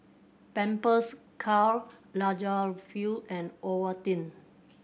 Pampers Karl Lagerfeld and Ovaltine